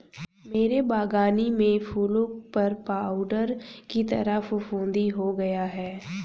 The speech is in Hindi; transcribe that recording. मेरे बगानी में फूलों पर पाउडर की तरह फुफुदी हो गया हैं